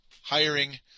hiring